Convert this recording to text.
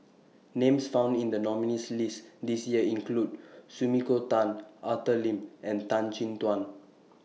Names found in The nominees' list This Year include Sumiko Tan Arthur Lim and Tan Chin Tuan